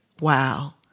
wow